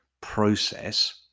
process